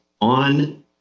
on